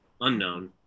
unknown